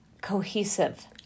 cohesive